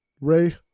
Ray